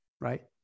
right